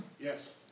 Yes